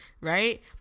right